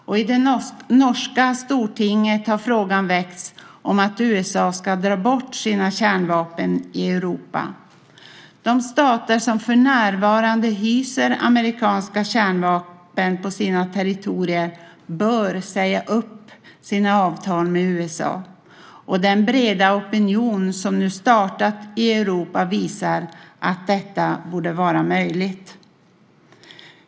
Och i det norska Stortinget har frågan väckts om att USA ska dra bort sina kärnvapen i Europa. De stater som för närvarande hyser amerikanska kärnvapen på sina territorier bör säga upp sina avtal med USA. Den breda opinion som nu finns i Europa visar att detta borde vara möjligt.